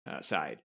side